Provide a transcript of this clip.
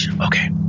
Okay